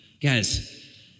Guys